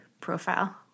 profile